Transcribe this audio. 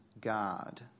God